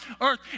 earth